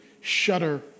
shudder